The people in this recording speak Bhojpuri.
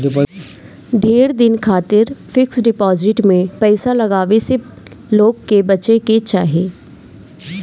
ढेर दिन खातिर फिक्स डिपाजिट में पईसा लगावे से लोग के बचे के चाही